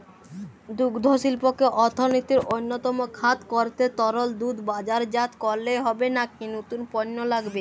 দুগ্ধশিল্পকে অর্থনীতির অন্যতম খাত করতে তরল দুধ বাজারজাত করলেই হবে নাকি নতুন পণ্য লাগবে?